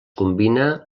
combina